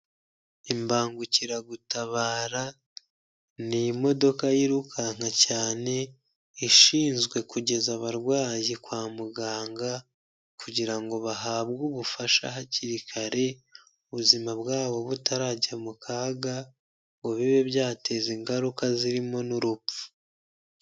Imbangukiragutabara ni imodoka yirukanka cyane, ishinzwe kugeza abarwayi kwa muganga kugira ngo bahabwe ubufasha hakiri kare, ubuzima bwabo butarajya mu kaga ngo bibe byateza ingaruka zirimo n'urupfu.